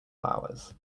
flowers